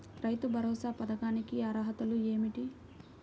రైతు భరోసా పథకానికి అర్హతలు ఏమిటీ?